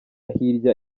hirya